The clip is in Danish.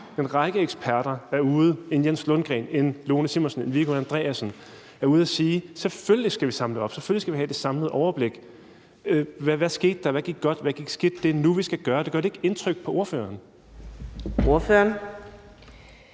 en række eksperter, en Jens Lundgren, en Lone Simonsen og en Viggo Andreasen er ude at sige, at vi selvfølgelig skal samle op; selvfølgelig skal have det samlede overblik. Hvad skete der? Hvad gik godt? Hvad gik skidt? Det er nu, vi skal gøre det. Gør det ikke indtryk på ordføreren?